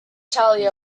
charlie